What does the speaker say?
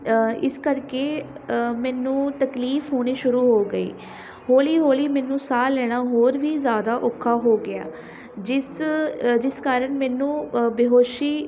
ਇਸ ਕਰਕੇ ਮੈਨੂੰ ਤਕਲੀਫ ਹੋਣੀ ਸ਼ੁਰੂ ਹੋ ਗਈ ਹੌਲੀ ਹੌਲੀ ਮੈਨੂੰ ਸਾਹ ਲੈਣਾ ਹੋਰ ਵੀ ਜ਼ਿਆਦਾ ਔਖਾ ਹੋ ਗਿਆ ਜਿਸ ਜਿਸ ਕਾਰਨ ਮੈਨੂੰ ਬੇਹੋਸ਼ੀ